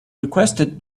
requested